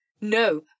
No